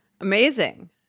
Amazing